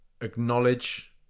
acknowledge